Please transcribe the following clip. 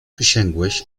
przysiągłeś